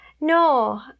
No